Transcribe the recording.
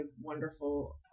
wonderful